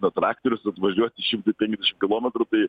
bet traktorius atvažiuoti šimtą penkiasdešim kilometrų tai